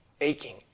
aching